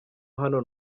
hano